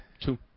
two